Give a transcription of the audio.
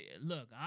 look